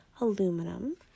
aluminum